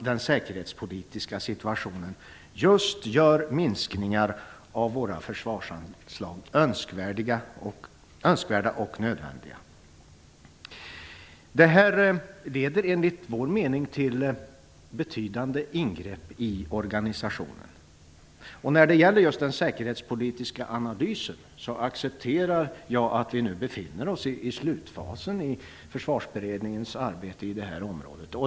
Den säkerhetspolitiska situationen gör minskningar av försvarsanslagen önskvärda och nödvändiga. Detta leder enligt vår mening till betydande ingrepp i organisationen. När det gäller just den säkerhetspolitiska analysen accepterar jag att vi nu befinner oss i slutfasen av Försvarsberedningens arbete på det här området.